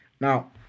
now